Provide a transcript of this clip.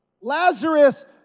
Lazarus